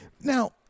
Now